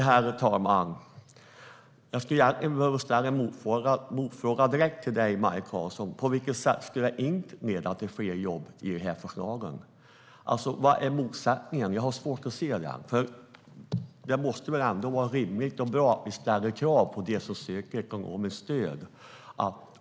Herr talman! Jag skulle egentligen behöva ställa en motfråga direkt till dig, Maj Karlsson. På vilket sätt skulle förslaget inte leda till fler jobb? Vad är motsättningen? Jag har svårt att se den. Det måste väl ändå vara rimligt och bra att ställa krav på dem som söker ekonomiskt stöd.